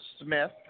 Smith